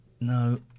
No